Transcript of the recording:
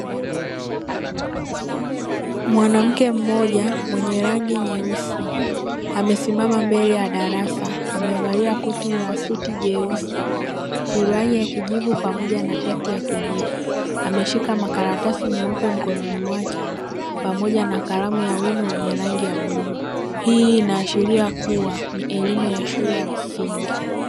Mwanamke mmoja mwenye rangi nyeusi, amesimama mbele ya darasa; amevalia koti la suti jeusi, suruali ya kijivu pamoja na shati ya kijivu. Ameshika makaratasi meupe mkononi mwake pamoja na kalamu ya wino wenye rangi ya bluu. Hii inaashiria kuwa ni elimu ya shule ya msingi.